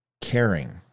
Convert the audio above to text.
caring